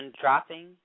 dropping